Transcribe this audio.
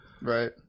Right